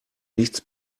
nichts